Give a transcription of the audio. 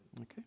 Okay